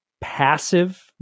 passive